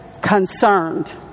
concerned